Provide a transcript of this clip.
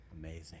Amazing